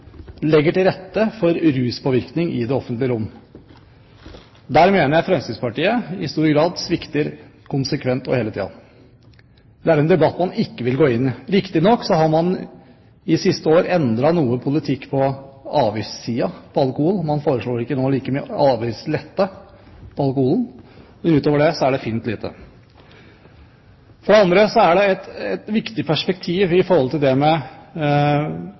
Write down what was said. legger til rette for ruspåvirkning i det offentlige rom. Der mener jeg Fremskrittspartiet i stor grad svikter konsekvent og hele tiden. Det er en debatt man ikke vil gå inn i. Riktignok har man de siste årene endret noe politikk når det gjelder avgiftssiden på alkohol, man foreslår nå ikke like mye avgiftslette på alkoholen. Utover det er det fint lite. Det er et viktig perspektiv med hensyn til vold og ofre for vold at veldig mange av dem det